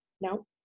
No